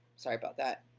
sorry about that.